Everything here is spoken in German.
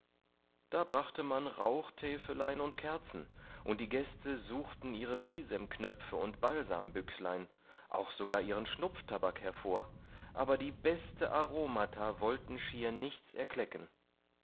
da brachte man rauchtäfelein und kerzen und die gäste suchten ihre bisemknöpfe und balsambüchslein auch sogar ihren schnupftabak hervor aber die beste aromata wollten schier nichts